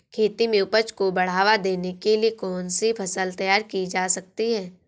खेती में उपज को बढ़ावा देने के लिए कौन सी फसल तैयार की जा सकती है?